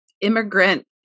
immigrant